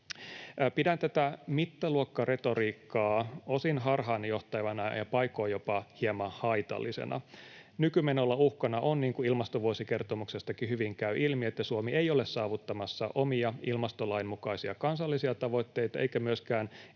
Pidän tätä mittaluokkaretoriikkaa osin harhaanjohtavana ja paikoin jopa hieman haitallisena. Nykymenolla uhkana on, niin kuin ilmastovuosikertomuksestakin hyvin käy ilmi, että Suomi ei ole saavuttamassa omia ilmastolain mukaisia kansallisia tavoitteitaan eikä myöskään EU:n alaisia